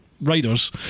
riders